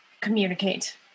Communicate